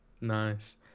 Nice